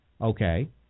Okay